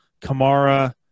Kamara